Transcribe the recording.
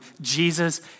Jesus